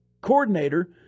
coordinator